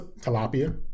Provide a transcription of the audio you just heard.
tilapia